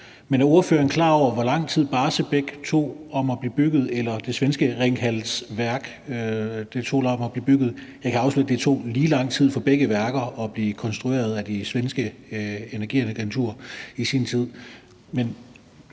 er ordføreren klar over, hvor lang tid Barsebäck tog om at blive bygget eller det svenske Ringhalsværket tog om at blive bygget? Jeg kan afsløre, at det tog lige lang tid for begge værker at blive konstrueret af det svenske energiagentur i sin tid,